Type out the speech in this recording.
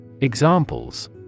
Examples